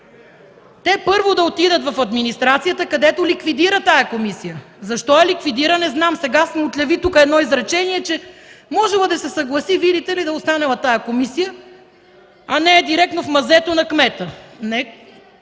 те първо да отидат в администрацията, където ликвидира тази комисия. Защо я ликвидира, не знам. Сега се мотляви тук едно изречение, че можела да се съгласи, видите ли, да останела тази комисия (реплика на народния